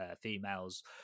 females